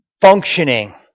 functioning